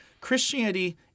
Christianity